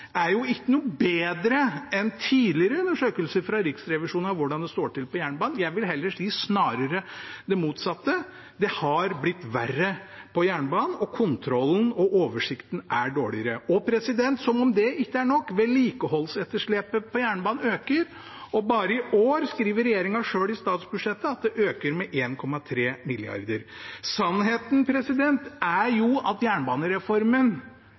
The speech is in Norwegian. hvordan det står til på jernbanen. Jeg vil snarere si det motsatte. Det har blitt verre på jernbanen, og kontrollen og oversikten er dårligere. Og som om det ikke er nok: Vedlikeholdsetterslepet på jernbanen øker. Bare i år skriver regjeringen selv i statsbudsjettet at det øker med 1,3 mrd. kr. Sannheten er at jernbanereformen